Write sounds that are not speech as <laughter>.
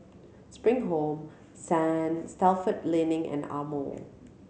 Spring Home <unintelligible> Stalford Learning and Amore